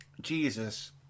Jesus